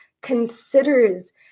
considers